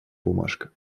бумажка